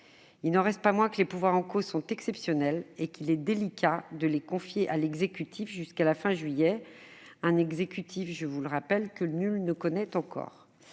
Il n'en reste pas moins que les pouvoirs en cause sont exceptionnels, et qu'il est délicat de les confier à l'exécutif jusqu'à la fin juillet- un exécutif que nul ne connaît encore,